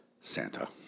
Santa